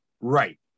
Right